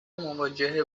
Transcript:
مواجهه